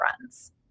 friends